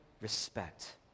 respect